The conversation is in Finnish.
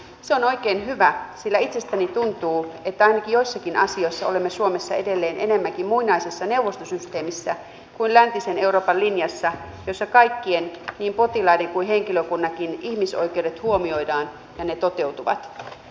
se on oikein hyvä sillä itsestäni tuntuu että ainakin joissakin asioissa olemme suomessa edelleen enemmänkin muinaisessa neuvostosysteemissä kuin läntisen euroopan linjassa jossa kaikkien niin potilaiden kuin henkilökunnankin ihmisoikeudet huomioidaan ja ne toteutuvat